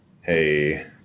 Hey